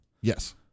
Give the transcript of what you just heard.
Yes